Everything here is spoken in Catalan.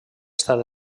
estat